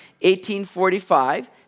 1845